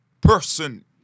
person